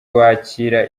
wakira